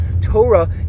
Torah